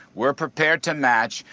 we're prepared to match,